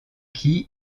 qui